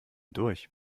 durch